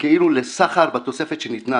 כאילו לסחר בתוספת שניתנה.